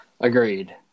agreed